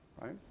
right